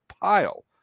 pile